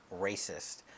racist